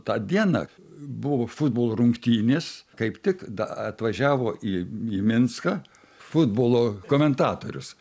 tą dieną buvo futbolo rungtynės kaip tik da atvažiavo į į minską futbolo komentatorius